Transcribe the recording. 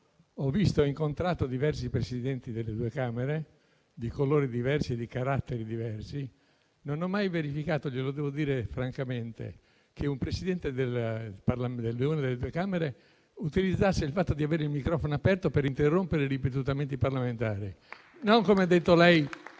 ho visto e incontrato diversi Presidenti delle due Camere, di colori diversi e di caratteri diversi, ma non ho mai verificato - glielo devo dire francamente - che un Presidente di una delle due Camere utilizzasse il fatto di avere il microfono acceso per interrompere ripetutamente i parlamentari, e non come ha detto lei;